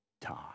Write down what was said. time